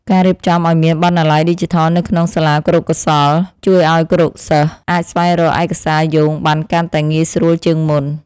ការរៀបចំឱ្យមានបណ្ណាល័យឌីជីថលនៅក្នុងសាលាគរុកោសល្យជួយឱ្យគរុសិស្សអាចស្វែងរកឯកសារយោងបានកាន់ តែងាយស្រួលជាងមុន។